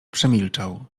przemilczał